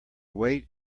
wait